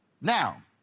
Now